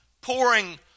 pouring